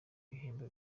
ibihembo